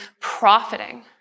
profiting